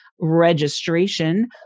registration